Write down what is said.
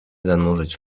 zanurzyć